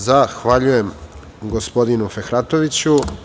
Zahvaljujem, gospodinu Fehratoviću.